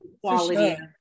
quality